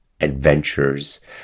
adventures